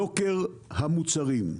יוקר המוצרים.